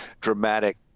dramatic